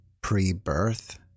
pre-birth